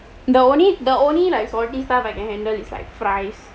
the only the only like salty stuff I can handle is like fries